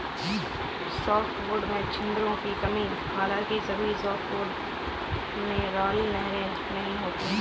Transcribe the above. softwood में छिद्रों की कमी हालांकि सभी सॉफ्टवुड में राल नहरें नहीं होती है